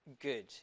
good